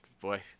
boy